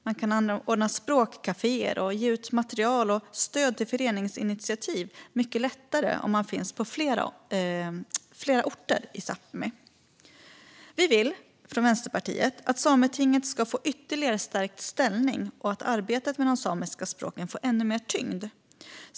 Man kan anordna språkkaféer, ge ut material och stödja föreningsinitiativ mycket lättare om man finns på fler orter i Sápmi. Vi i Vänsterpartiet vill att Sametinget ska få ytterligare stärkt ställning och att arbetet med de samiska språken ska få ännu mer tyngd.